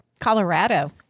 Colorado